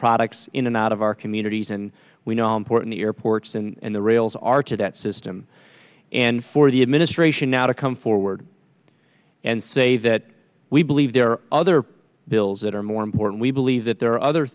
products in and out of our communities and we know important the airports and the rails are to that system and for the administration now to come forward and say that we believe there are other bills that are more important we believe that there are other